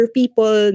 people